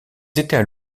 étaient